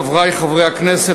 חברי חברי הכנסת,